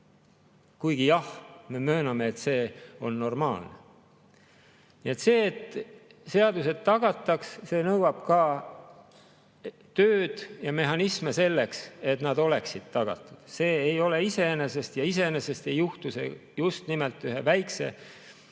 Kuigi jah, me mööname, et see on normaalne. Nii et see, et seaduste [täitmine] tagada, nõuab ka tööd ja mehhanisme selleks, et see oleks tagatud. See ei tule iseenesest ja iseenesest ei juhtu see just nimelt ühe väikse